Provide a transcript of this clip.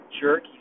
jerk